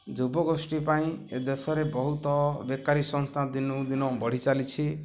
ଯୁବଗୋଷ୍ଠୀ ପାଇଁ ଏ ଦେଶରେ ବହୁତ ବେକାରୀ ସମସ୍ୟା ଦିନକୁ ଦିନ ବଢ଼ି ଚାଲିଛି